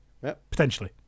Potentially